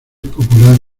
popular